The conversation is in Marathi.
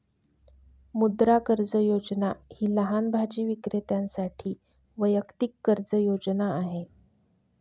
मुद्रा कर्ज योजना ही लहान भाजी विक्रेत्यांसाठी वैयक्तिक कर्ज योजना आहे